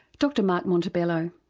dr mark montebello.